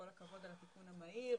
כל הכבוד על הטיפול המהיר,